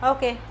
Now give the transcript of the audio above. Okay